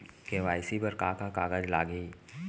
KYC बर का का कागज लागही?